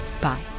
Bye